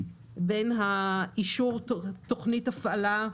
בין אישור תוכנית הפעלה,